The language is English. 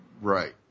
right